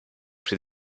przy